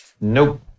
nope